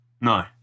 no